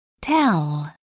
Tell